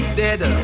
dead